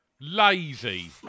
Lazy